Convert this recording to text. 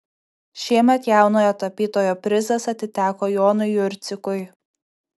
šiemet jaunojo tapytojo prizas atiteko jonui jurcikui